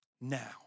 Now